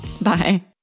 Bye